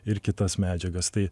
ir kitas medžiagas tai